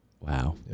Wow